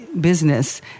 business